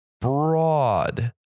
broad